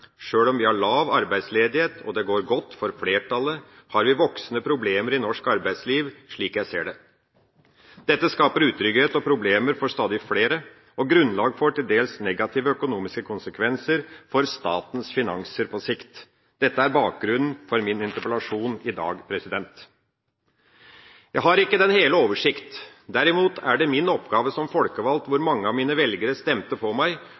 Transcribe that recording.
Sjøl om vi har lav arbeidsledighet og det går godt for flertallet, har vi voksende problemer i norsk arbeidsliv, slik jeg ser det. Dette skaper utrygghet og problemer for stadig flere og er grunnlag for til dels negative økonomiske konsekvenser for statens finanser på sikt. Dette er bakgrunnen for min interpellasjon i dag. Jeg har ikke den hele oversikt. Derimot er det min oppgave som folkevalgt, hvor mange av mine velgere stemte på meg